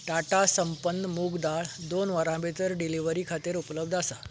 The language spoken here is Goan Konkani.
टाटा संपन्न मूंग दाळ दोन वरां भितर डिलिव्हरी खातीर उपलब्ध आसा